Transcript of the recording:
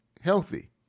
healthy